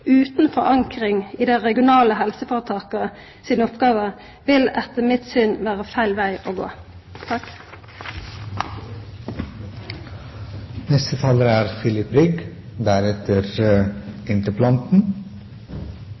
utan forankring i dei regionale helseføretaka si oppgåve vil etter mitt syn vera feil veg å gå. Dette er